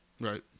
Right